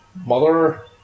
Mother